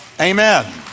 Amen